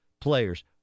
players